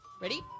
Ready